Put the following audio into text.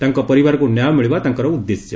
ତାଙ୍କ ପରିବାରକୁ ନ୍ୟାୟ ମିଳିବା ତାଙ୍କର ଉଦ୍ଦେଶ୍ୟ